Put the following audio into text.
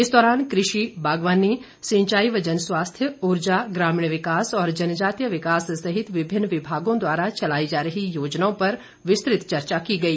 इस दौरान कृषि बागवानी सिंचाई व जनस्वास्थ्य ऊर्जा ग्रामीण विकास और जनजातीय विकास सहित विभिन्न विभागों द्वारा चलाई जा रही योजनाओं पर विस्तृत चर्चा की गई